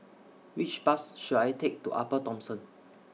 Which Bus should I Take to Upper Thomson